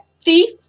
thief